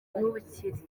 n’ubukire